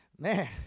Man